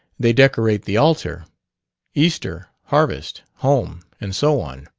they decorate the altar easter, harvest home, and so on.